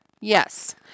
Yes